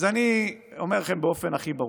אז אני אומר לכם באופן הכי ברור: